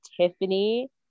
Tiffany